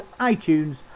iTunes